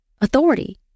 authority